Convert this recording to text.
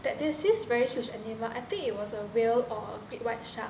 that there's this very huge animal I think it was a whale or a great white shark